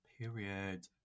Period